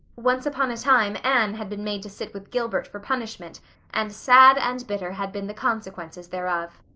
once upon a time, anne had been made to sit with gilbert for punishment and sad and bitter had been the consequences thereof.